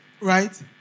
Right